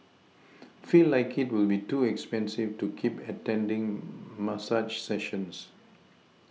feel like it will be too expensive to keep attending massage sessions